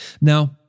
Now